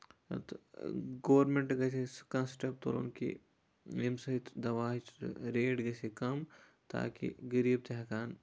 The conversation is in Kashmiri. تہٕ گورمینٛٹ گژھ ہے سُہ کانٛہہ سِٹٮ۪پ تُلُن کہِ ییٚمہِ سۭتۍ دَواہٕچ ریٹ گژھِ ہے کَم تاکہِ غریٖب تہِ ہٮ۪کہٕ ہَن